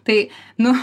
tai nu